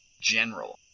general